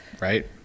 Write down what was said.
Right